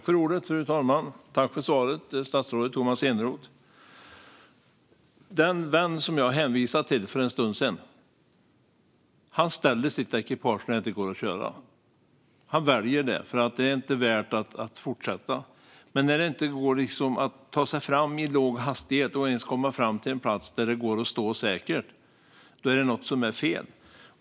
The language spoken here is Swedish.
Fru talman! Tack för svaret, statsrådet Tomas Eneroth! Den vän som jag hänvisade till för en stund sedan ställer sitt ekipage när det inte går att köra. Han väljer att göra det därför att det inte är värt att fortsätta. Men när det inte går att ta sig fram i låg hastighet och ens komma fram till en plats där det går att stå säkert är det något som är fel.